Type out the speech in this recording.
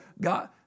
God